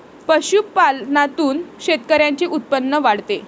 पशुपालनातून शेतकऱ्यांचे उत्पन्न वाढते